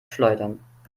schleudern